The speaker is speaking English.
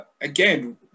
Again